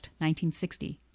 1960